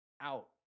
out